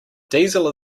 diesel